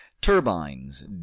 turbines